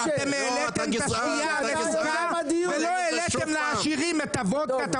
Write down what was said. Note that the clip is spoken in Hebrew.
אתם העליתם את --- ולא העליתם לעשירים את הוודקה,